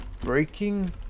breaking